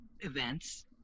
events